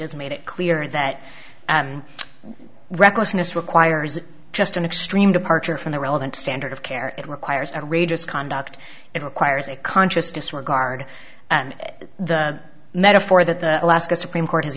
has made it clear that recklessness requires just an extreme departure from the relevant standard of care it requires to regis conduct it requires a conscious disregard and the metaphor that the alaska supreme court has